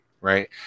Right